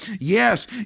yes